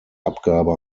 abgabe